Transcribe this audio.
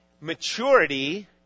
Maturity